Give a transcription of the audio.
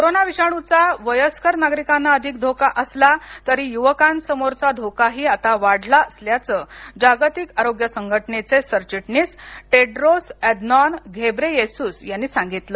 corona विषाणूचा वयस्कर नागरिकांना अधिक धोका असला तरी युवकांसमोरचा धोकाही आता वाढला असल्याचं जागतिक आरोग्य संघटनेचे सरचिटणीस टेड्रोस अदनॉन घेब्रेयेसुस यांनी सांगितलं